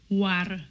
war